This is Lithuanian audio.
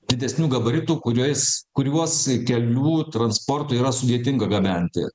didesnių gabaritų kuriais kuriuos kelių transportu yra sudėtinga gabenti